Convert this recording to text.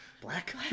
Black